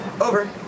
Over